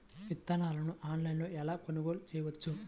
విత్తనాలను ఆన్లైనులో ఎలా కొనుగోలు చేయవచ్చు?